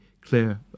clear